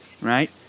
right